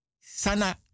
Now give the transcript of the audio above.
Sana